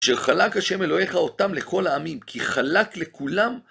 אשר חלק השם אלוהיך אותם לכל העמים, כי חלק לכולם,